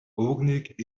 өвгөнийг